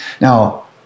Now